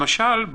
למשל,